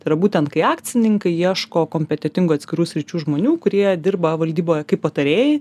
tai yra būtent kai akcininkai ieško kompetentingų atskirų sričių žmonių kurie dirba valdyboje kaip patarėjai